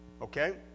Okay